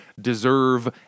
deserve